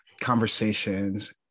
conversations